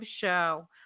show